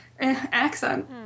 accent